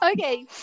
Okay